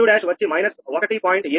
𝛿21 వచ్చి 1